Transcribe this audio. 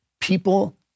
people